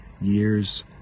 years